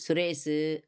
Suresh